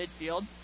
midfield